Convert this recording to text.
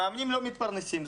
המאמנים לא מתפרנסים.